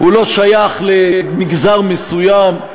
הוא לא שייך למגזר מסוים.